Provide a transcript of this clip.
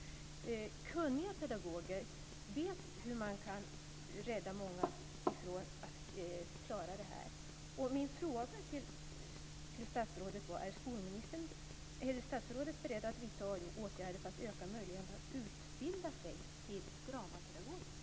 Kunniga pedagoger vet hur man kan rädda många till att klara detta. Är statsrådet beredd att vidta åtgärder för att öka möjligheten att utbilda sig till dramapedagog?